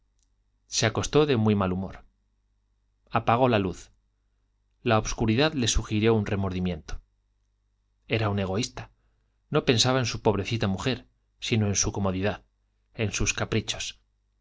se acostó de muy mal humor apagó la luz la obscuridad le sugirió un remordimiento era un egoísta no pensaba en su pobrecita mujer sino en su comodidad en sus caprichos